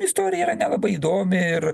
istorija yra nelabai įdomi ir